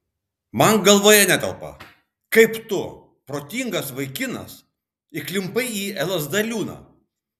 man galvoje netelpa kaip tu protingas vaikinas įklimpai į lsd liūną